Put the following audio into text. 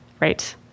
Right